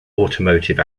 automotive